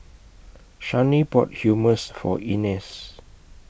Shani bought Hummus For Ines